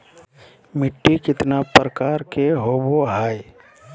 मिट्टी केतना प्रकार के होबो हाय?